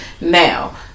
Now